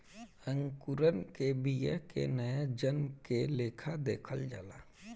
अंकुरण के बिया के नया जन्म के लेखा देखल जाला